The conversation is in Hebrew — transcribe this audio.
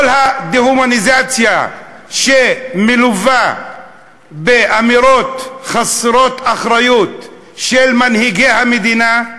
כל הדה-הומניזציה שמלווה באמירות חסרות אחריות של מנהיגי המדינה,